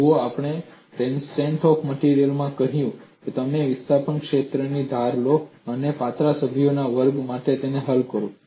જુઓ આપણે strength of materials માં કહ્યું છે તમે વિસ્થાપન ક્ષેત્ર ધારી લો અને પાતળા સભ્યોના વર્ગ માટે તેને હલ કરો